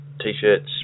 t-shirts